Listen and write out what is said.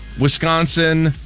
Wisconsin